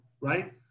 right